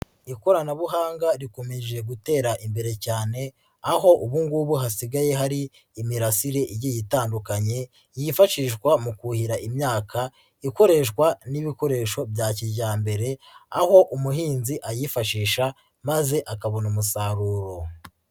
Ikoranabuhanga rikomeje gutera imbere cyane aho ubu ngubu hasigaye hari imirasire igiye itandukanye yifashishwa mu kuhira imyaka ikoreshwa n'ibikoresho bya kijyambere aho umuhinzi ayifashisha maze akabona umusaruro.